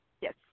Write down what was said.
Yes